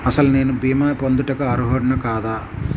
అసలు నేను భీమా పొందుటకు అర్హుడన కాదా?